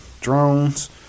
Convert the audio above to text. drones